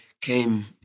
came